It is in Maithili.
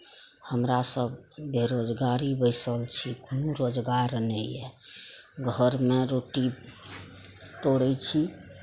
हमरा सब बेरोजगारी बैसल छी कुनू रोजगार नहि ये घरमे रोटी तोड़ै छी